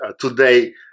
today